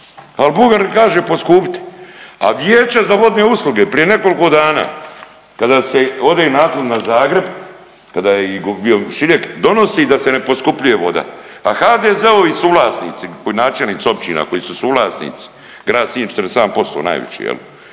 Ali Bugarin kaže poskupiti, a Vijeće za vodne usluge prije nekoliko dana kada se ode inatili na Zagreb, kada je i bio Šiljeg, donosi da se ne poskupljuje voda, a HDZ-ovi suvlasnici, načelnici općina koji su suvlasnici, Grad Sinj 47% najveći, je